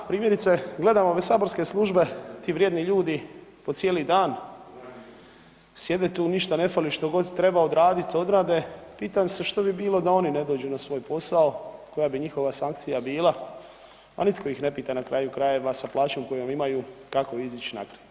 Primjerice gledam ove saborske službe, ti vrijedni ljudi po cijeli dan sjede tu ništa ne fali, što god treba odradit odrade, pitam se što bi bilo da oni ne dođu na svoj posao, koja bi njihova sankcija bila, a nitko ih ne pita na kraju krajeva sa plaćom koju imaju kako izići na kraj.